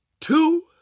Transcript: two